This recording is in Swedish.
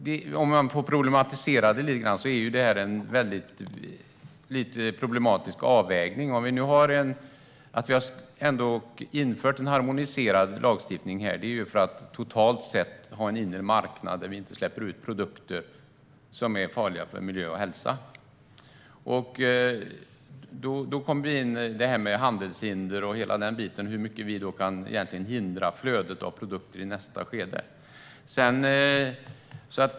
Herr talman! Nu talar vi om ordet garanti. Låt mig problematisera det hela lite grann, för detta är en problematisk avvägning. Vi har infört en harmoniserad lagstiftning, och det beror på att vi totalt sett har en inre marknad där vi inte släpper ut produkter som är farliga för miljö och hälsa. Det leder oss in på handelshinder och hela den biten och hur mycket vi egentligen kan hindra flödet av produkter i nästa skede.